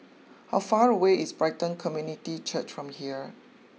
how far away is Brighton Community Church from here